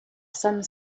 some